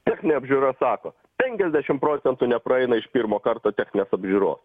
techninė apžiūra sako penkiasdešim procentų nepraeina iš pirmo karto techninės apžiūros